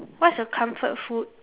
what's your comfort food